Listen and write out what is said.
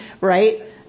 right